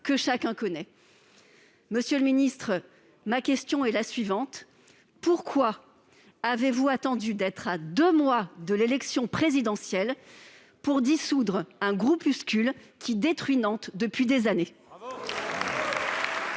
que chacun connaît. Monsieur le ministre, pourquoi avez-vous attendu d'être à deux mois de l'élection présidentielle pour dissoudre un groupuscule qui détruit Nantes depuis des années ?